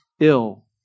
ill